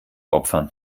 opfern